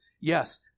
Yes